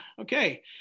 okay